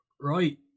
Right